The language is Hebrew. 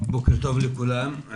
בוקר טוב לכולם.